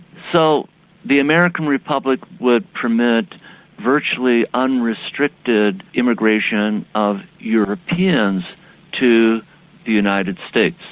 so the american republic would permit virtually unrestricted immigration of europeans to the united states,